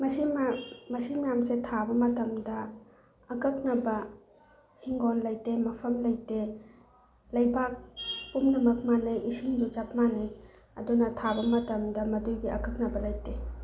ꯃꯁꯤ ꯃꯌꯥꯝꯁꯦ ꯊꯥꯕ ꯃꯇꯝꯗ ꯑꯀꯛꯅꯕ ꯍꯤꯡꯒꯣꯜ ꯂꯩꯇꯦ ꯃꯐꯝ ꯂꯩꯇꯦ ꯂꯩꯕꯥꯛ ꯄꯨꯝꯅꯃꯛ ꯃꯥꯟꯅꯩ ꯏꯁꯤꯡꯁꯨ ꯆꯞ ꯃꯥꯟꯅꯩ ꯑꯗꯨꯅ ꯊꯥꯕ ꯃꯇꯝꯗ ꯃꯗꯨꯒꯤ ꯑꯀꯛꯅꯕ ꯂꯩꯇꯦ